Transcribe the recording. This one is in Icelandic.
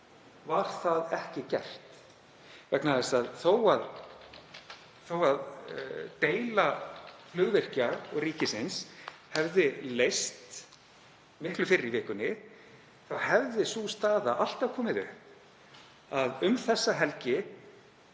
var það ekki gert? Vegna þess að þó að deila flugvirkja og ríkisins hefði leyst miklu fyrr í vikunni þá hefði sú staða alltaf komið upp að um þessa helgi